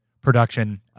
production